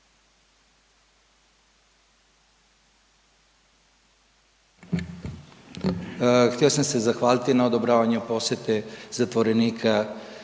Htio sam se zahvaliti na odobravanju posjete zatvorenika